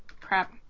crap